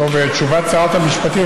תשובת שרת המשפטים,